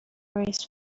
risk